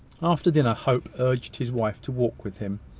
after dinner, hope urged his wife to walk with him.